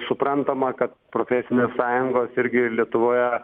suprantama kad profesinės sąjungos irgi lietuvoje